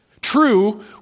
True